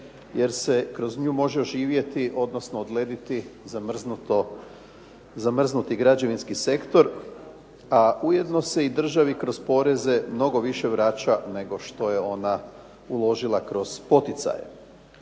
jer se kroz nju može živjeti, odnosno odlediti zamrznuti građevinski sektor, a ujedno se i državi kroz poreze mnogo više vraća nego što je ona uložila kroz poticaje.